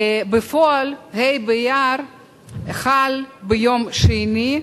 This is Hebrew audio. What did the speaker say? בפועל ה' באייר חל בימים שני,